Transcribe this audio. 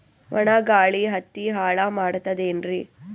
ಒಣಾ ಗಾಳಿ ಹತ್ತಿ ಹಾಳ ಮಾಡತದೇನ್ರಿ?